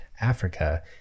Africa